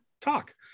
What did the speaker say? talk